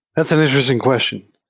that's and interesting question.